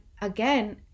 again